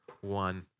one